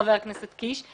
חבר הכנסת קיש,